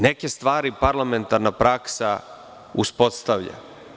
Neke stvari parlamentarna praksa uspostavlja.